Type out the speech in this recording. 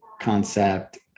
concept